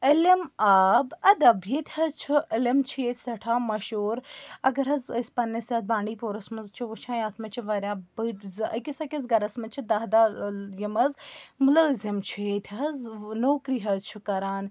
علِم آب اَدب ییٚتہِ حظ چھُ علِم چھُ ییٚتہِ سٮ۪ٹھاہ مشہوٗر اگر حظ أسۍ پَننِس یَتھ بانٛڈی پوراہس منٛز چھِ وُچھان یَتھ منٛز چھِ واریاہ بٔڑۍ زٕ أکِس أکِس گھرَس منٛز چھِ دَہ دَہ ٲں یِم حظ مُلٲزِم چھِ ییٚتہِ حظ نوکری حظ چھِ کَران